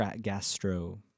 gastro